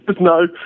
no